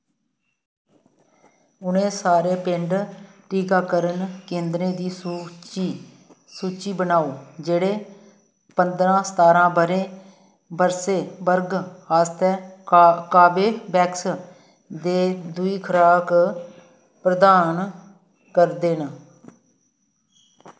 उ'नें सारे पेन्ड टीकाकरण केंदरें दी सू सूची बनाओ जेह्ड़े पंदरा सतारां ब'रे बरसे वर्ग आस्तै का कावेवैक्स दे दूई खराक प्रदान करदे न